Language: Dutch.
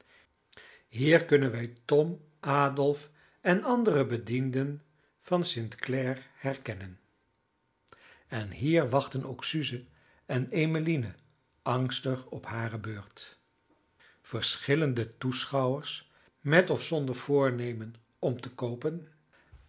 hier kunnen wij tom adolf en andere bedienden van st clare herkennen en hier wachten ook suze en emmeline angstig op hare beurt verschillende toeschouwers met of zonder voornemen om te koopen